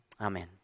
Amen